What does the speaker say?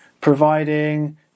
providing